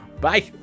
bye